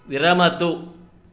विरमतु